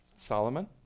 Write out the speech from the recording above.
Solomon